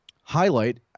highlight